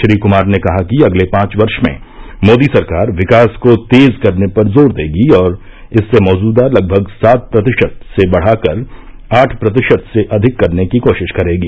श्री कमार ने कहा कि अगले पांच वर्ष में मोदी सरकार विकास को तेज करने पर जोर देगी और इसे मौजूदा लगभग सात प्रतिशत से बढाकर आठ प्रतिशत से अधिक करने की कोशिश करेगी